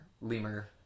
Lemur